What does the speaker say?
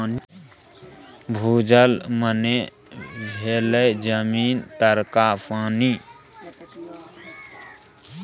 भूजल मने भेलै जमीन तरका पानि